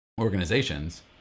organizations